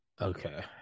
Okay